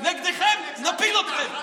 נגדכם, נפיל אתכם.